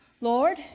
Lord